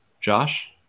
Josh